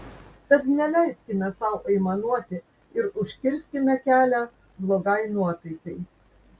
tad neleiskime sau aimanuoti ir užkirskime kelią blogai nuotaikai